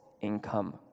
income